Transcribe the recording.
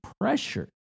pressure